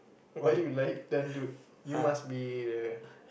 why you like dangdut you must be the